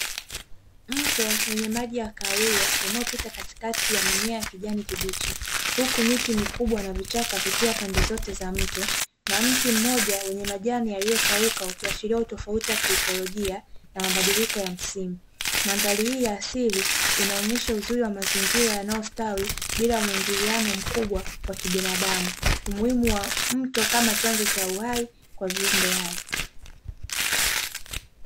Mto wenye maji ya kahawia unaopita katikati ya mimea ya kijani kibichi huku miti mikubwa na vichaka vikiwa pande zote za mto, na mti mmoja wenye majani yaliyokauka ukiashiria utofauti wa kiekolojia na mabadiliko ya msimu. Mandhari hii ya asili inaonyesha uzuri wa mazingira yanayostawi bila muingiliano mkubwa wa kibinadamu. Umuhimu wa mto kama chanzo cha uhai kwa viumbe hai.